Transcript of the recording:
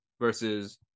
versus